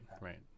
right